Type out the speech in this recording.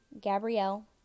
Gabrielle